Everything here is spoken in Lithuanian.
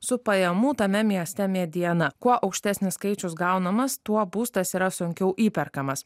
su pajamų tame mieste mediana kuo aukštesnis skaičius gaunamas tuo būstas yra sunkiau įperkamas